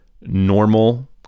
normal